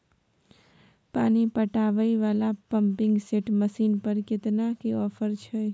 पानी पटावय वाला पंपिंग सेट मसीन पर केतना के ऑफर छैय?